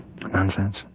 Nonsense